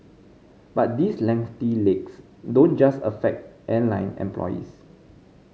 but these lengthy legs don't just affect airline employees